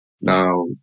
Now